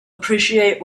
appreciate